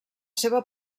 seva